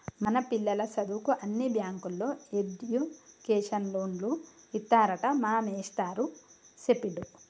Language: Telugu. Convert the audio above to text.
మన పిల్లల సదువుకు అన్ని బ్యాంకుల్లో ఎడ్యుకేషన్ లోన్లు ఇత్తారట మా మేస్టారు సెప్పిండు